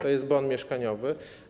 To jest bon mieszkaniowy.